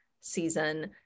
season